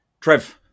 Trev